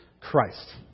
Christ